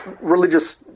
religious